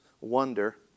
wonder